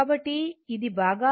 కాబట్టి ఇది భాగహారం